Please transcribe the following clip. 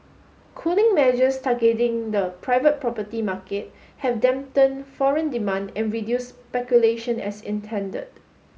cooling measures targeting the private property market have dampened foreign demand and reduce speculation as intended